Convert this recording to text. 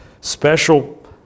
special